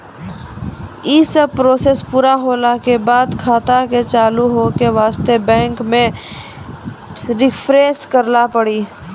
यी सब प्रोसेस पुरा होला के बाद खाता के चालू हो के वास्ते बैंक मे रिफ्रेश करैला पड़ी?